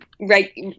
right